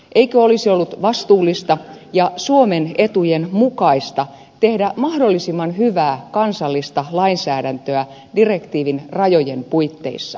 eikö olisi ollut vastuullista ja suomen etujen mukaista tehdä mahdollisimman hyvää kansallista lainsäädäntöä direktiivin rajojen puitteissa